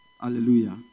Hallelujah